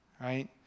right